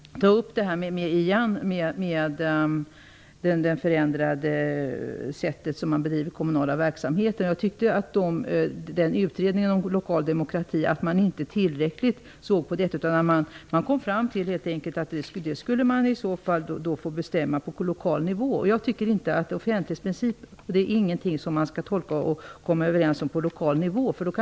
Fru talman! Jag vill till slut åter ta upp frågan om det förändrade sättet att bedriva kommunal verksamhet. Jag tycker att man i utredningen om lokaldemokrati inte tillräckligt såg på offentlighetsprincipen. Man kom fram till att den får bestämmas på lokal nivå. Jag tycker inte att offentlighetsprincipen är någonting som man får tolka och komma överens om på lokal nivå.